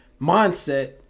mindset